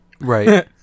right